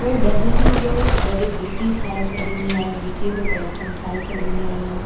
पोइ ॾहनि ई जो गॾु ॻिची ठाहे छॾींदी आहियां ॻिचीअ जो पैटन ठाहे छॾंदी आहियां